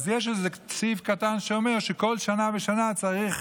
יש סעיף קטן שאומר שכל שנה ושנה צריך